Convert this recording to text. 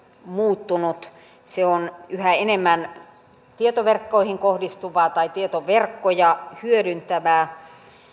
muuttunut se on yhä enemmän tietoverkkoihin kohdistuvaa tai tietoverkkoja hyödyntävää